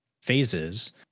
phases